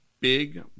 big